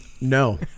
No